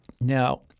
Now